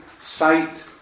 sight